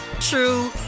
true